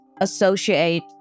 associate